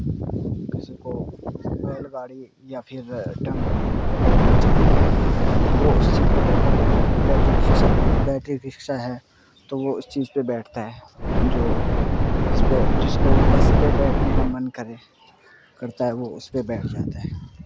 کسی کو بیل گاڑی یا پھر ٹم ٹم پہ بیٹھنا چاہتا ہے تو وہ اس چیز پہ بیٹھتا ہے بیٹی رکشا بیٹری رکشا ہے تو وہ اس چیز پہ بیٹھتا ہے جو اس پہ جس کو بس پہ بیٹھنے کا من کرے کرتا ہے وہ اس پہ بیٹھ جاتا ہے